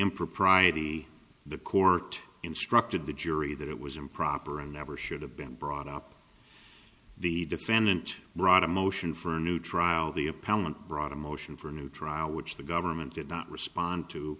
impropriety the court instructed the jury that it was improper and never should have been brought up the defendant brought a motion for a new trial the appellant brought a motion for a new trial which the government did not respond to